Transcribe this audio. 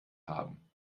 haben